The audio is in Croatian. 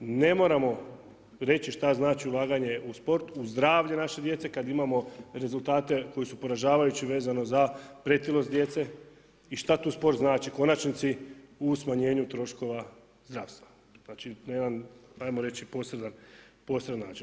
Ne moramo reći šta znači ulaganje u sport, u zdravlje naše djece, kada imamo rezultate koji su poražavajući vezano za pretilost djece i šta tu sport znači u konačnici u smanjenju troškova zdravstva, znači na jedan posredan način.